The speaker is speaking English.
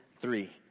three